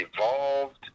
evolved